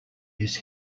his